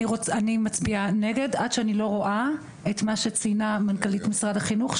אני מצביעה נגד עד שאני לא רואה את מה שציינה מנכ"לית משרד החינוך,